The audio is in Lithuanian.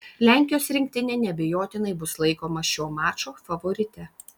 lenkijos rinktinė neabejotinai bus laikoma šio mačo favorite